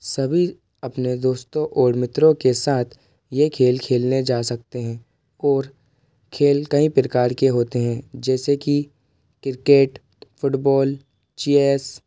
सभी अपने दोस्तों और मित्रों के साथ यह खेल खेलने जा सकते हैं और खेल कई प्रकार के होते हैं जैसे कि क्रिकेट फुटबॉल चैस